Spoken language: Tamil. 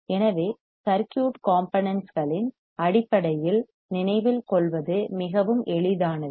எனவே சர்க்யூட் காம்போனென்ட்ஸ் களின் அடிப்படையில் நினைவில் கொள்வது மிகவும் எளிதானது